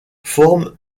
forment